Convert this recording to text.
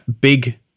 big